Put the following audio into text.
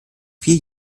vier